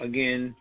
Again